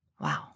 Wow